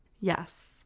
Yes